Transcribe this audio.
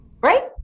right